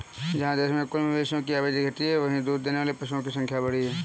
जहाँ देश में कुल मवेशियों की आबादी घटी है, वहीं दूध देने वाले पशुओं की संख्या बढ़ी है